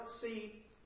see